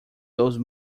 those